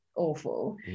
awful